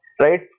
right